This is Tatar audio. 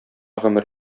гомер